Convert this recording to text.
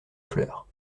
fleurs